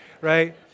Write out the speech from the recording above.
Right